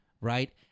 Right